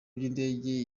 by’indege